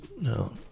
no